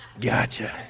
Gotcha